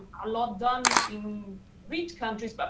a lot done in rich countries, but